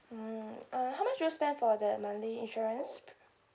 mm uh how much do you spend for the monthly insurance